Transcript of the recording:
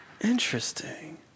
Interesting